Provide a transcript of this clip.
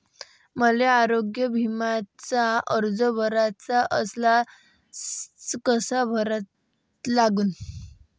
मले आरोग्य बिम्याचा अर्ज भराचा असल्यास कसा भरा लागन?